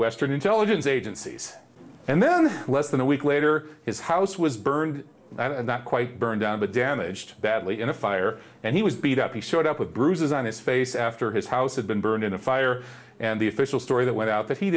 western intelligence agencies and then less than a week later his house was burned and not quite burned down but damaged badly in a fire and he was beat up he showed up with bruises on his face after his house had been burned in a fire and the official story that went out that he